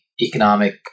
economic